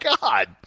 God